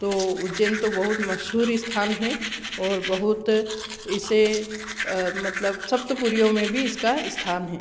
तो उज्जैन तो बहुत मशहूर स्थान है और बहुत इसे मतलब सप्त पुरियों में भी इसका स्थान है